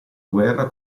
guerra